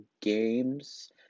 games